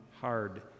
hard